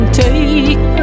take